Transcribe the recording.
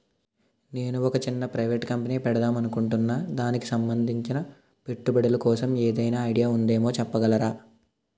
నేను ఒక చిన్న ప్రైవేట్ కంపెనీ పెడదాం అనుకుంటున్నా దానికి సంబందించిన పెట్టుబడులు కోసం ఏదైనా ఐడియా ఉందేమో చెప్పగలరా?